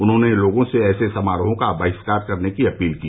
उन्होंने लोगों से ऐसे समारोहों का बहिष्कार करने की अपील की